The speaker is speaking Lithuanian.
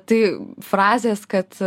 tai frazės kad